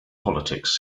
politics